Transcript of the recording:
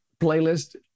playlist